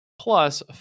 plus